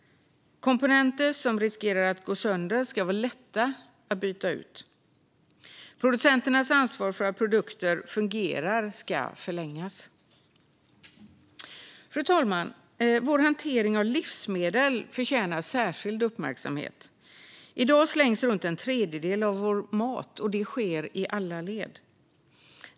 Komponenter som riskerar att gå sönder ska vara lätta att byta ut. Producenternas ansvar för att produkter fungerar ska förlängas. Fru talman! Vår hantering av livsmedel förtjänar särskild uppmärksamhet. I dag slängs runt en tredjedel av vår mat, och det sker i alla led.